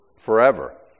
forever